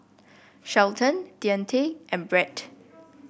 Shelton Deante and Brett